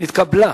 בעד,